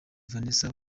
vanessa